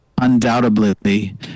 undoubtedly